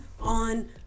on